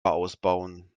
ausbauen